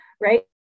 right